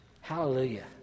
Hallelujah